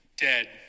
Dead